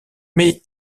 mais